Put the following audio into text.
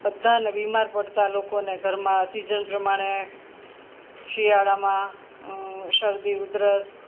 બધાન બીમાર પડતા લોકોને ઘરમાં સિજન પ્રમાણે શિયાળામાં શરદી ઉધરસ